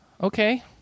Okay